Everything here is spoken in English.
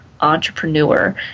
entrepreneur